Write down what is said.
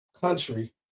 country